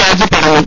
രാജു പറഞ്ഞു